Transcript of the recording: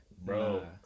bro